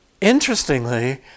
interestingly